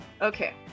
Okay